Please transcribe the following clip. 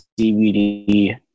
DVD